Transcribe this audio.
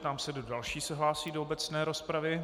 Ptám se, kdo další se hlásí do obecné rozpravy.